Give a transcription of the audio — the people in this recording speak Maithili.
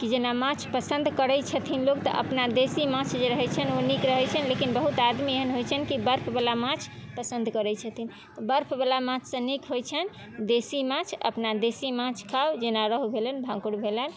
कि जेना माछ पसन्द करै छथिन लोक तऽ अपना देसी माछ जे रहै छनि ओ नीक रहै छनि लेकिन बहुत आदमी एहन होइ छनि कि बर्फवला माछ पसन्द करै छथिन बर्फवला माछ से नीक होइ छनि देसी माछ अपना देसी माछ खाउ जेना रोहू भेलनि भाकुर भेलनि